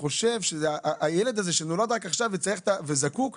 ילד שנולד רק עכשיו וזקוק להורים.